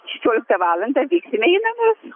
šešioliktą valandą vyksime į namus